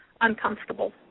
uncomfortable